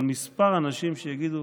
אבל כמה אנשים שיגידו: